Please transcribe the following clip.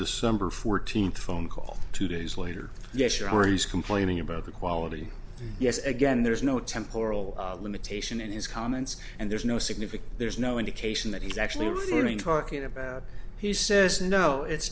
december fourteenth phone call two days later yes sure he's complaining about the quality yes again there's no temporal limitation in his comments and there's no significant there's no indication that he's actually talking about he says no it's